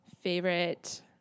Favorite